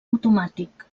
automàtic